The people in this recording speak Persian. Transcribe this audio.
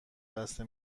بسته